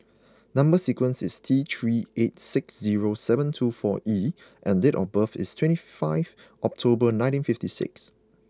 number sequence is T three eight six zero seven two four E and date of birth is twenty five October nineteen fifty six